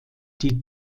die